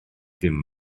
dim